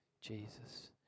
Jesus